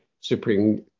Supreme